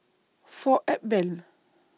four Apbel